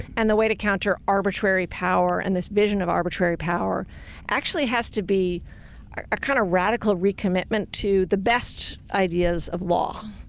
and the way to counter arbitrary power and this vision of arbitrary power actually has to be a kind of radical recommitment to the best ideas of law.